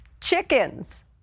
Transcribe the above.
chickens